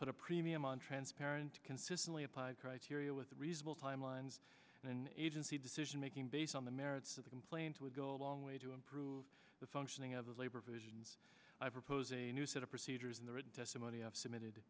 put a premium on transparent consistently applied criteria with reasonable timelines and an agency decision making based on the merits of the complaint would go a long way to improve the functioning of the labor versions i propose a new set of procedures in the written testimony i've submitted